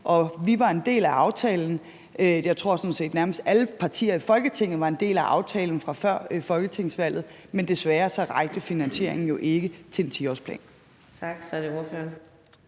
Vi var en del af aftalen – jeg tror sådan set, nærmest alle partier i Folketinget var en del af aftalen fra før folketingsvalget – men desværre rakte finansieringen jo ikke til en 10-årsplan.